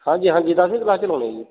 ਹਾਂਜੀ ਹਾਂਜੀ ਦਸਵੀਂ ਕਲਾਸ 'ਚ ਲਗਾਉਣਾ ਜੀ